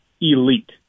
elite